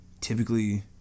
typically